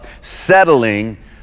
settling